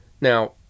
now